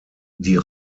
die